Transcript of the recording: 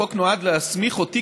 החוק נועד להסמיך אותי,